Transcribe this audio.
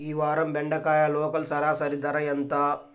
ఈ వారం బెండకాయ లోకల్ సరాసరి ధర ఎంత?